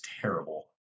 terrible